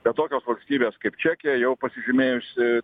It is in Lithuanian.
bet tokios valstybės kaip čekija jau pasižymėjusi